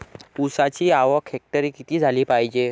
ऊसाची आवक हेक्टरी किती झाली पायजे?